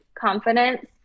confidence